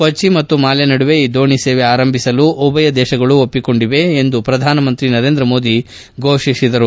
ಕೊಟ್ಟ ಮತ್ತು ಮಾಲೆ ನಡುವೆ ಈ ದೋಣಿ ಸೇವೆ ಆರಂಭಿಸಲು ಉಭಯ ದೇಶಗಳು ಒಪ್ಪಿಕೊಂಡಿವೆ ಎಂದು ಪ್ರಧಾನಮಂತ್ರಿ ನರೇಂದ್ರ ಮೋದಿ ಫೋಷಿಸಿದರು